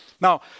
Now